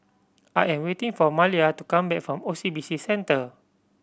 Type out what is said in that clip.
I am waiting for Maleah to come back from O C B C Centre